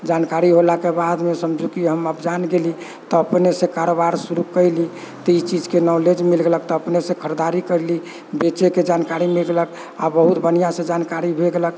जानकारी हौलाके बादमे समझु कि हम आब जान गेलीह तऽ अपने से कारबार शुरू कयलीह तऽ ई चीजके नौलेज मिल गेलक तऽ अपने से खरीददारी करलीह बेचैके जानकारी मिललक आब बहुत बढ़िऑं से जानकारी भए गेलक